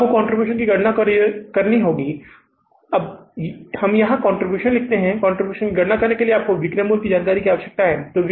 अब आपको कंट्रीब्यूशन की गणना करनी है हम यहां कंट्रीब्यूशन लिखते हैं और कंट्रीब्यूशन की गणना करने के लिए आपको विक्रय मूल्य की जानकारी की आवश्यकता होती है